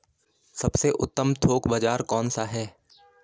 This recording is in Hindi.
सबसे उत्तम थोक बाज़ार कौन सा है?